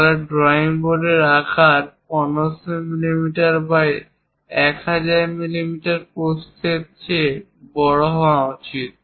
তাহলে ড্রয়িং বোর্ডের আকার 1500 মিমি বাই 1000 মিমি প্রস্থের চেয়ে বড় হওয়া উচিত